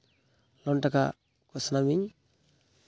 loan ᱴᱟᱠᱟ ᱠᱚ ᱥᱟᱱᱟᱢᱤᱧ